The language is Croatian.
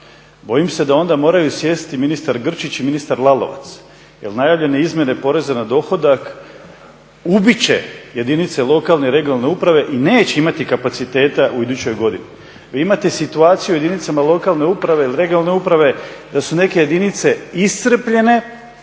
Bojim se da onda moraju sjesti ministar Grčić i ministar Lalovac, jer najavljene izmjene poreza na dohodak ubit će jedinice lokalne i regionalne uprave i neće imati kapaciteta u idućoj godini. Vi imate situaciju u jedinicama lokalne uprave ili regionalne uprave da su neke jedinice iscrpljene